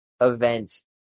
event